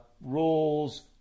rules